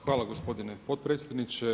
Hvala gospodine potpredsjedniče.